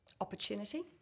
Opportunity